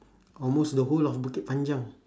almost the whole of bukit panjang